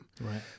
Right